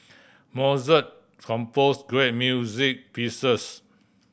Mozart composed great music pieces